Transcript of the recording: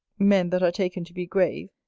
men that are taken to be grave,